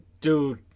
Dude